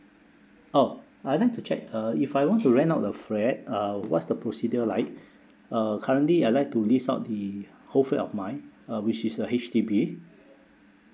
oh I'd like to check uh if I want to rent out the flat uh what's the procedure like uh currently I'd like to lease out the whole flat of mine uh which is a H_D_B